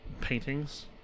Paintings